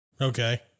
Okay